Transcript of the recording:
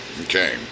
Okay